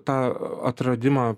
tą atradimą